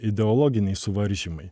ideologiniai suvaržymai